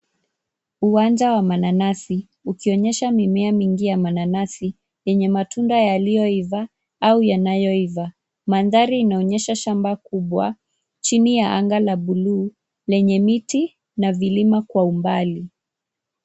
Uwanja wa mananasi ukionyesha mimea mingi ya mananasi yenye matunda yaliyoiva au yanayoiva mandhari inaonyesha shamba kubwa chini ya anga la buluu lenye miti na vilima kwa umbali